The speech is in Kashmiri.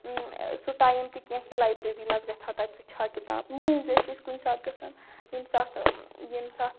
سُہ ٹایم تہِ کینٛہہ کہ لایبرٔری منٛز گژھِ ہا تَتہِ چھَ کِتاب مٔنٛزۍ ٲسۍ أسۍ کُنہِ ساتہٕ گژھان ییٚمہِ ساتہٕ ییٚمہِ ساتہٕ